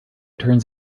turns